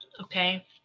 Okay